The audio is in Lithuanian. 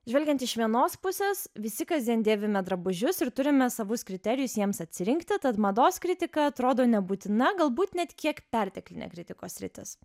žvelgiant iš vienos pusės visi kasdien dėvime drabužius ir turime savus kriterijus jiems atsirinkti tad mados kritika atrodo nebūtina galbūt net kiek perteklinė kritikos sritis